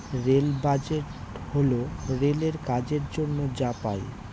rail budget হল রেলের কাজের জন্য যা পাই